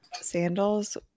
sandals